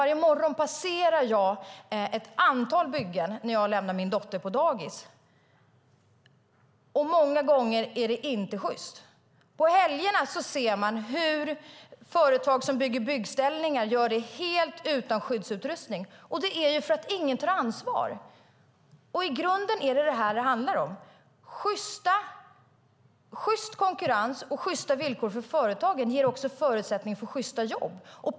Varje morgon passerar jag ett antal byggen när jag ska lämna min dotter på dagis. Många gånger verkar det hela inte sjyst. På helgerna ser man hur byggnadsställningar byggs av personer helt utan skyddsutrustning, och det beror ju på att ingen tar ansvar. I grunden är det detta som det handlar om: Sjyst konkurrens och sjysta villkor för företagen ger också förutsättning för sjysta jobb.